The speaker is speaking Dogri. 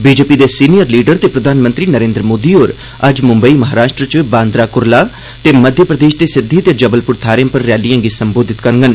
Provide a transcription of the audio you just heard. बीजेपी दे सीनियर लीडर ते प्रधानमंत्री नरेन्द्र मोदी होर अज्ज मुंबई महाराष्ट्र च बांद्रा कुरला ते मध्य प्रदेश दी सिद्दी ते जबलपुर थाहरें पर रैलिए गी संबोधित करङन